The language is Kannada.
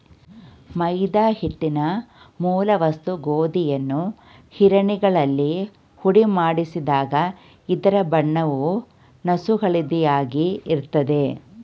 ಮೈದಾ ಹಿಟ್ಟಿನ ಮೂಲ ವಸ್ತು ಗೋಧಿಯನ್ನು ಗಿರಣಿಗಳಲ್ಲಿ ಹುಡಿಮಾಡಿಸಿದಾಗ ಇದರ ಬಣ್ಣವು ನಸುಹಳದಿಯಾಗಿ ಇರ್ತದೆ